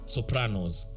Sopranos